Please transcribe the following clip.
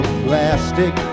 plastic